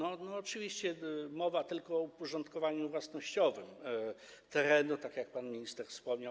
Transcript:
Oczywiście mowa tylko o uporządkowaniu własnościowym terenu, tak jak pan minister wspomniał.